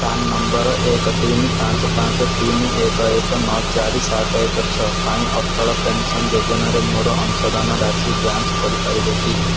ପାନ୍ number ଏକ ତିନି ପାଞ୍ଚ ପାଞ୍ଚ ତିନି ଏକ ଏକ ନଅ ଚାରି ସାତ ଏକ ଛଅ ପାଇଁ ଅଟଳ ପେନ୍ସନ୍ ଯୋଜନାରେ ମୋର ଅଂଶଦାନ ରାଶି ଯାଞ୍ଚ କରିପାରିବେ କି